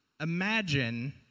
imagine